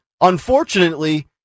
unfortunately